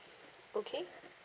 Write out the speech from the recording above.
okay